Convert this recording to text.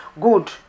good